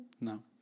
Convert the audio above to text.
No